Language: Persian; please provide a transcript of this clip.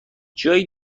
جایی